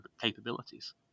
capabilities